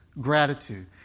gratitude